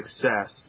success